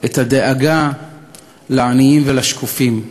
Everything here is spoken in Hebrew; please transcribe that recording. את הדאגה לעניים ולשקופים,